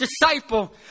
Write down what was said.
disciple